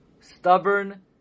stubborn